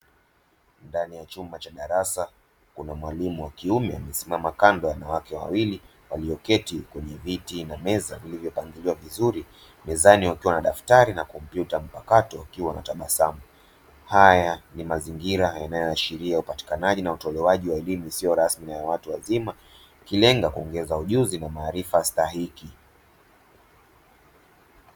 Ndani ya chumba cha darasa kuna mwalimu wa kiume amesimama kando ya wanawake wawili walioketi kwenye viti na meza vilivyo pangiliwa vizuri mezani wakiwa na daktari na kompyuta mpakato wakiwa wanatabasamu, haya ni mazingira yanayo ashiria upatikanaji na utolewaji wa elimu isiyo rasmi na ya watu wazima ikilenga kuongeza ujuzi na maarifa stahiki.